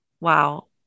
wow